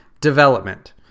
development